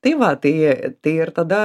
tai va tai tai ir tada